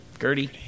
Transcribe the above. Gertie